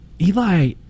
Eli